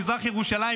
במזרח ירושלים,